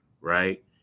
right